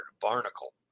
barnacle